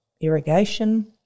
irrigation